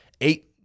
eight